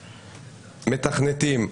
מתכנתים,